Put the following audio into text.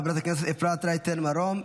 חברת הכנסת אפרת רייטן מרום,